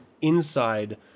inside